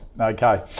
Okay